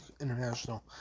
International